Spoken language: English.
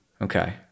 Okay